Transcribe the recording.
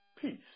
Peace